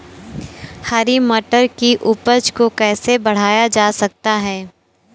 हरी मटर की उपज को कैसे बढ़ाया जा सकता है?